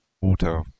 water